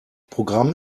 programm